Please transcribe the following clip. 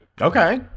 Okay